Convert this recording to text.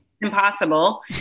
Impossible